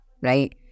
right